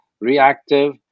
reactive